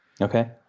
Okay